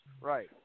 Right